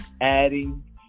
adding